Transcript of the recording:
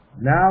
now